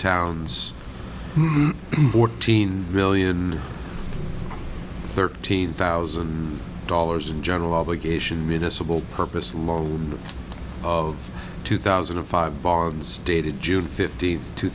towns fourteen million thirteen thousand dollars and general obligation municipal purpose long of two thousand and five bonds dated june fift